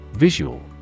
Visual